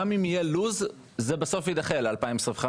גם אם יהיה לו"ז זה בסוף יידחה ל-2025,